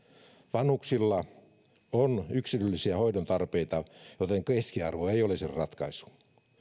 vanhuksilla on yksilöllisiä hoidontarpeita joten keskiarvo ei olisi ratkaisu